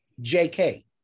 JK